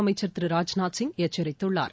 அமைச்சர் திரு ராஜ்நாத் சிங் எச்சரித்துள்ளார்